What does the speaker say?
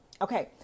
Okay